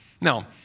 Now